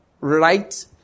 right